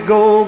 go